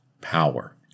power